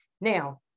Now